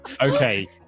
Okay